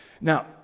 Now